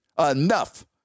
Enough